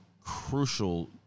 crucial